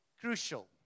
crucial